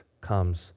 comes